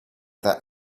that